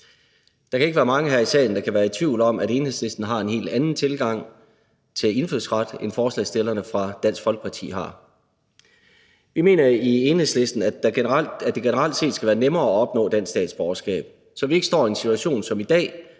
Der kan ikke være mange her i salen, der kan være i tvivl om, at Enhedslisten har en helt andet tilgang til indfødsret, end forslagsstillerne fra Dansk Folkeparti har. Vi mener i Enhedslisten, at det generelt set skal være nemmere at opnå dansk statsborgerskab, så vi ikke står i en situation som i dag,